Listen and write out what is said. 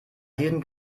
diesem